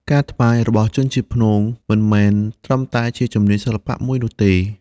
ការត្បាញរបស់ជនជាតិព្នងមិនមែនត្រឹមតែជាជំនាញសិល្បៈមួយនោះទេ។